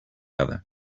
other